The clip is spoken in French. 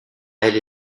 elle